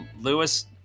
Lewis